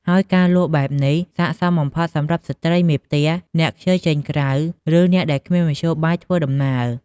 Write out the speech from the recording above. ហើយការលក់បែបនេះស័ក្តិសមបំផុតសម្រាប់ស្ត្រីមេផ្ទះ អ្នកខ្ជិលចេញក្រៅ ឬអ្នកដែលគ្មានមធ្យោបាយធ្វើដំណើរ។